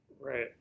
right